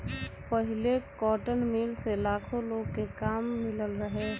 पहिले cotton mill से लाखो लोग के काम मिलल रहे